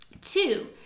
Two